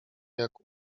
jak